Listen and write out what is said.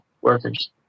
workers